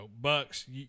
bucks